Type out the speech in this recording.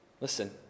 listen